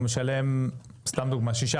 הוא משלם סתם דוגמה 6%,